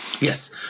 Yes